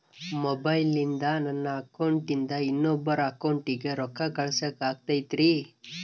ಮೊಬೈಲಿಂದ ನನ್ನ ಅಕೌಂಟಿಂದ ಇನ್ನೊಬ್ಬರ ಅಕೌಂಟಿಗೆ ರೊಕ್ಕ ಕಳಸಾಕ ಆಗ್ತೈತ್ರಿ?